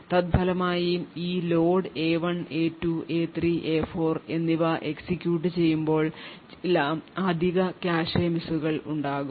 തദ്ഫലമായി ഈ load A1A2A3A4 എന്നിവ execute ചെയ്യുമ്പോൾ ചില അധിക കാഷെ മിസ്സുകൾ ഉണ്ടാകും